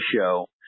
Show